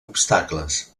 obstacles